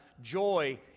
joy